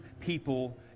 people